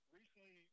recently